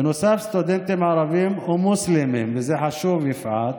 בנוסף, סטודנטים ערבים ומוסלמים וזה חשוב, יפעת,